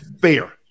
fair